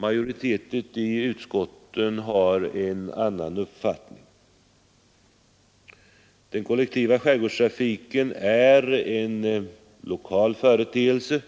Majoriteten i utskottet har en annan uppfattning. Den kollektiva skärgårdstrafiken är en lokal företeelse